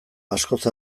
askoz